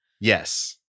Yes